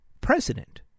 president